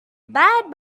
bad